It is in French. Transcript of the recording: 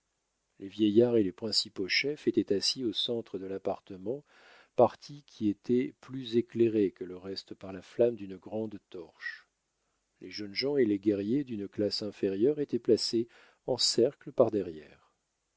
les vieillards et les principaux chefs étaient assis au centre de l'appartement partie qui était plus éclairée que le reste par la flamme d'une grande torche les jeunes gens et les guerriers d'une classe inférieure étaient placés en cercle par derrière